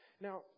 Now